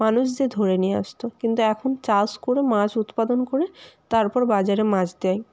মানুষ যেয়ে ধরে নিয়ে আসত কিন্তু এখন চাষ করে মাছ উৎপাদন করে তারপর বাজারে মাছ দেয়